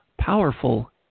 powerful